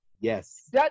Yes